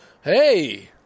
Hey